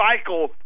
cycle